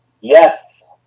Yes